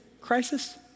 crisis